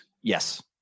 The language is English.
Yes